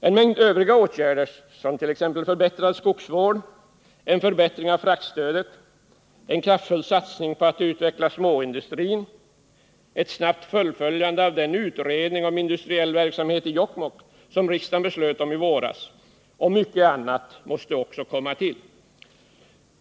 En mängd övriga åtgärder, som t.ex. förbättrad skogsvård, en förbättring av fraktstödet, en kraftfull satsning på att utveckla småindustrin, ett snabbt fullföljande av den utredning om industriell verksamhet i Jokkmokk som riksdagen beslöt om i våras och mycket annat måste komma till.